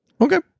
Okay